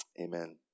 Amen